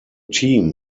team